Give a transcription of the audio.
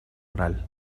oral